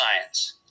science